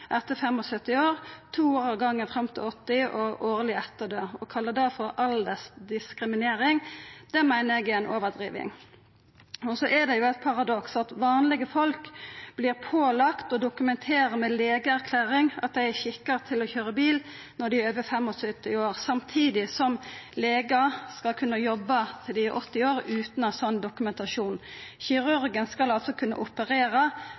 etter 75 år to år om gongen fram til 80 år og årleg etter det. Å kalla det for aldersdiskriminering meiner eg er ei overdriving. Så er det eit paradoks at vanlege folk vert pålagde å dokumentera med legeerklæring at dei er skikka til å køyra bil når dei er over 75 år, samtidig som legar skal kunna jobba til dei er 80 år utan å ha sånn dokumentasjon. Kirurgen skal altså kunna operera,